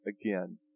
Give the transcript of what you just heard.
again